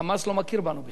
ה"חמאס" לא מכיר בנו בכלל.